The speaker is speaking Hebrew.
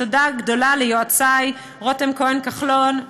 תודה גדולה ליועצי רותם כהן כחלון,